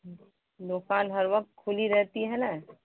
دکان ہر وقت کھلی رہتی ہے نا